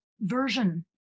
version